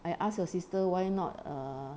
I ask your sister why not err